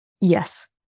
Yes